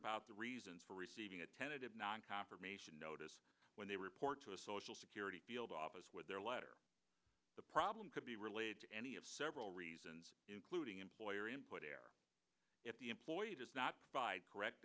about the reasons for receiving a tentative non confirmation notice when they report to a social security field office with their letter the problem could be related to any of several reasons including employer input air if the employer does not provide correct